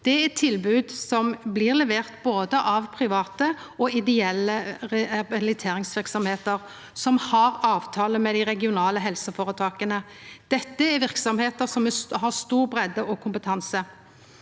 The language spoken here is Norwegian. tilbod som blir leverte av både private og ideelle rehabiliteringsverksemder, og som har avtale med dei regionale helseføretaka. Dette er verksemder som har stor breidde og kompetanse.